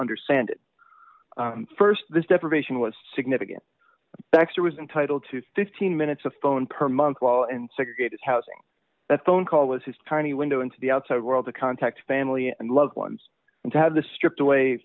understand first this deprivation was significant baxter was entitled to fifteen minutes of phone per month while and segregated housing that phone call was his tiny window into the outside world to contact family and loved ones and to have the stripped away